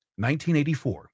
1984